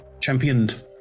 Championed